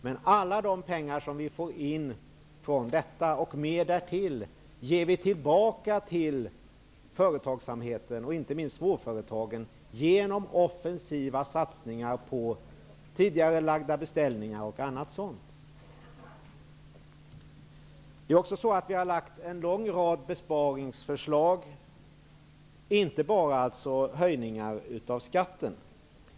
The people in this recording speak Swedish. Men alla de pengar som vi därigenom skulle få in från detta och mer därtill vill vi ge tillbaka till företagsamheten, och inte minst till småföretagen, genom offensiva satsningar på tidigarelagda beställningar och annat. Vi har även lagt fram en lång rad besparingsförslag, alltså inte bara höjningar av skatten.